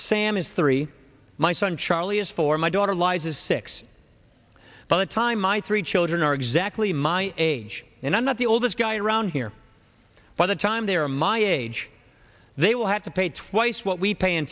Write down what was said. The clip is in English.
is three my son charlie is for my daughter lives is six by the time my three children are exactly my age and i'm not the oldest guy around here by the time they are my age they will have to pay twice what we pay in